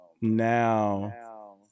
now